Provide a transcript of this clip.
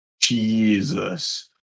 Jesus